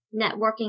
networking